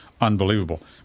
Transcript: Unbelievable